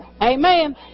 Amen